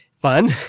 fun